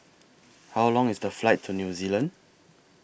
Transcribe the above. How Long IS The Flight to New Zealand